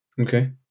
Okay